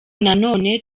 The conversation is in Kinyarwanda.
nanone